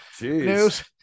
news